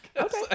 Okay